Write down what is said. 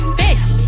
bitch